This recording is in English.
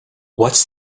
what’s